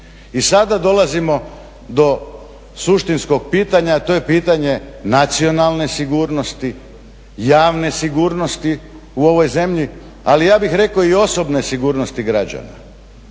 I sada dolazimo do suštinskog pitanja, a to je pitanje nacionalne sigurnosti, javne sigurnosti u ovoj zemlji, ali ja bih rekao i osobne sigurnosti građana.